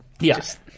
Yes